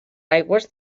aigües